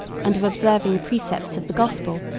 and of observing the precepts, of the gospel,